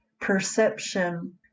perception